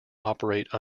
operate